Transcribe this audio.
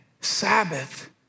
Sabbath